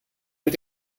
mit